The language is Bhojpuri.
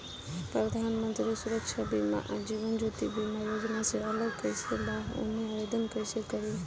प्रधानमंत्री सुरक्षा बीमा आ जीवन ज्योति बीमा योजना से अलग कईसे बा ओमे आवदेन कईसे करी?